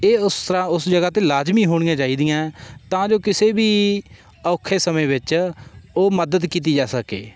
ਇਹ ਉਸ ਤਰ੍ਹਾਂ ਉਸ ਜਗ੍ਹਾ 'ਤੇ ਲਾਜ਼ਮੀ ਹੋਣੀਆਂ ਚਾਹੀਦੀਆਂ ਤਾਂ ਜੋ ਕਿਸੇ ਵੀ ਔਖੇ ਸਮੇਂ ਵਿੱਚ ਉਹ ਮਦਦ ਕੀਤੀ ਜਾ ਸਕੇ